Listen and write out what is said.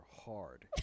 hard